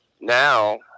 now